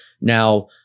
Now